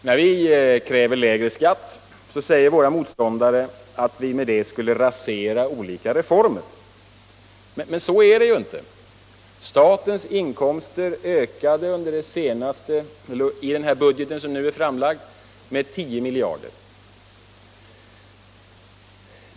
När vi kräver lägre skatt säger våra motståndare att vi med det skulle rasera olika reformer. Men så är det ju inte. Statens inkomster ökar enligt den budget som är framlagd med 10 miljarder.